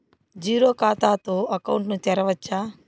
Zero ఖాతా తో account ను తెరవచ్చా?